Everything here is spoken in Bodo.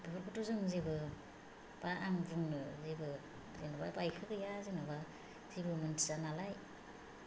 बेफोरखौथ' जों जेबो बा आं बुंनो जेबो जेनेबा बायखो गैया जेनेबा जेबो मिन्थिया नालाय